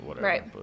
Right